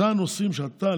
אלה הנושאים שאתה,